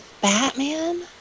Batman